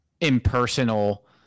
impersonal